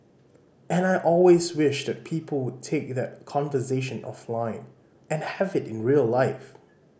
and I always wish that people would take that conversation offline and have it in real life